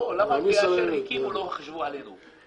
למה לא חשבו עלינו,